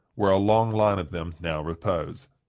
where a long line of them now repose.